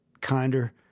kinder